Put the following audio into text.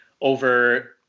over